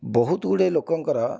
ବହୁତ ଗୁଡ଼ିଏ ଲୋକଙ୍କର